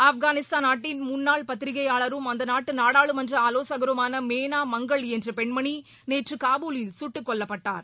ஆப்கானிஸ்தான் நாட்டின் முன்னாள் பத்திரிகையாளரும் அந்த நாட்டு நாடாளுமன்ற ஆலோசகருமான மேனா மங்கள் என்ற பெண்மணி நேற்று காபூலில் குட்டுக்கொல்லப்பட்டார்